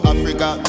Africa